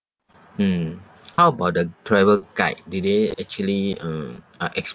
mm how about the travel guide did they actually um are